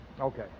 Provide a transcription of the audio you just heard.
Okay